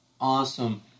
Awesome